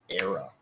era